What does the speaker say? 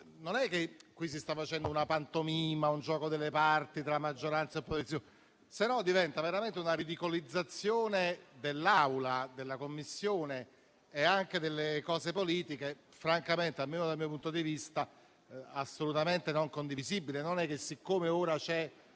non è che qui si sta facendo una pantomima, un gioco delle parti tra maggioranza e opposizione, altrimenti diventa veramente una ridicolizzazione dell'Assemblea, della Commissione e anche delle questioni politiche francamente, almeno dal mio punto di vista, assolutamente non condivisibili. Qui c'è semplicemente un